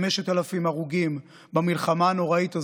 5,000 הרוגים במלחמה הנוראית הזו,